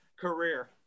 career